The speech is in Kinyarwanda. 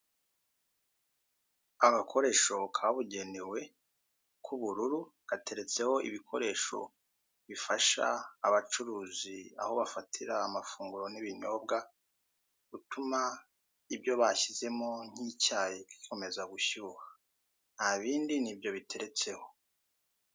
Agakoresho kabugenewe k'ubururu, gateretseho ibikoresho bifasha abacuruzi aho bafatira amafunguro n'ibinyobwa, gutuma ibyo bashyizemo bikomeza gushyuha. Ntabindi ni ibyo biteretseho.